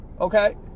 okay